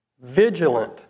Vigilant